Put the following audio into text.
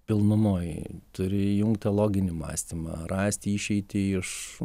pilnumoj turi įjungti loginį mąstymą rasti išeitį iš